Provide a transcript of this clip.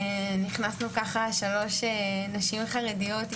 נכנסנו ככה שלוש נשים חרדיות,